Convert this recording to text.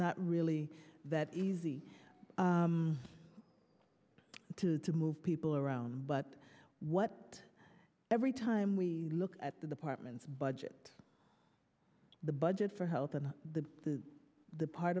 not really that easy to to move people around but what every time we look at the department's budget the budget for health and the the